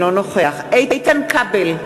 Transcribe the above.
אינו נוכח איתן כבל,